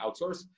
outsource